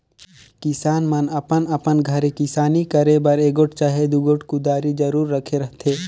किसान मन अपन अपन घरे किसानी करे बर एगोट चहे दुगोट कुदारी जरूर राखे रहथे